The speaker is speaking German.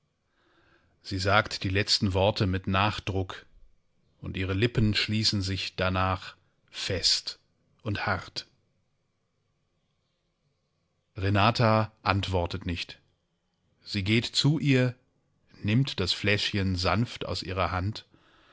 sie sagt die letzten worte mit nachdruck und ihre lippen schließen sich danach fest und hart renata antwortet nicht sie geht zu ihr hin nimmt das fläschchen sanft aus ihrer hand